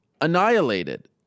annihilated